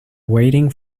waiting